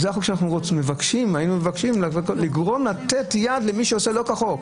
שהיינו מבקשים למי שעושה שלא כחוק.